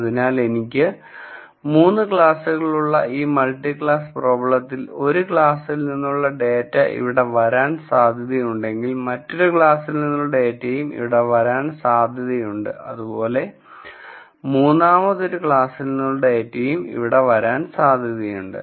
അതിനാൽ എനിക്ക് 3 ക്ലാസുകളുള്ള ഈ മൾട്ടി ക്ലാസ് പ്രോബ്ലാത്തിൽ ഒരു ക്ലാസ്സിൽ നിന്നുള്ള ഡാറ്റ ഇവിടെ വരാൻ സധ്യതയുണ്ടെങ്കിൽ മറ്റൊരു ക്ലാസ്സിലെ നിന്നുള്ള ഡാറ്റയും ഇവിടെ വരാൻ സാധ്യതയുണ്ട് അതുപോലെ മൂന്നാമതൊരു ക്ലാസ്സിൽ നിന്നുള്ള ഡാറ്റയും ഇവിടെ വരാൻ സാധ്യതയുണ്ട്